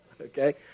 Okay